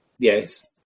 Yes